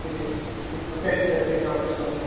ٹھیٖک ٹھیٖک ٹھیٖک وۅنۍ کیٛاہ چھِو تُہۍ یژھان پرٕٛژھُن حظ